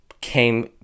came